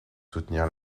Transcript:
soutenir